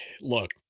Look